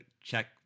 check